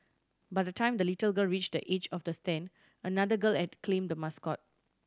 by the time the little girl reached the edge of the stand another girl had claim the mascot